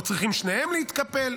או צריכים שניהם להתקפל,